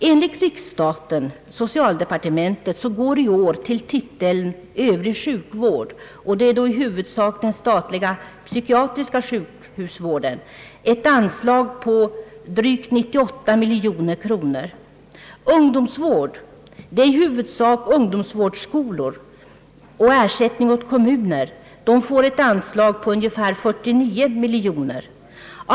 Enligt riksstaten, socialdepartementet, går i år till titeln övrig sjukvård — och det är då i huvudsak den statliga psykiatriska sjukhusvården — ett anslag på drygt 98 miljoner kronor. Ungdomsvård — det är i huvudsak ungdomsvårdsskolor och ersättning åt kommuner — får ett anslag på ungefär 49 miljoner kronor.